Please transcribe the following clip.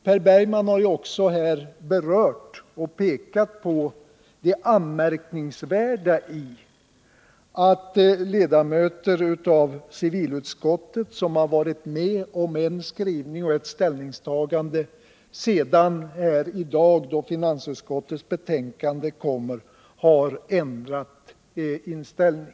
Per Bergman pekade på det anmärkningsvärda i att ledamöter av civilutskottet, som har stått bakom en skrivning och ett ställningstagande, i dag när finansutskottets betänkande behandlas har ändrat inställning.